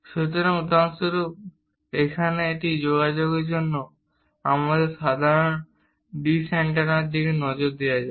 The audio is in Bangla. সুতরাং উদাহরণস্বরূপ এখানে এই যোগাযোগের জন্য আমাদের সাধারণ ডিশ অ্যান্টেনার দিকে নজর দেওয়া যাক